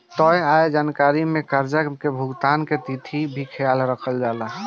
तय आय जानकारी में कर्जा के भुगतान के तिथि के भी ख्याल रखल जाला